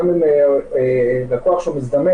גם אם לקוח שהוא מזדמן,